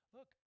Look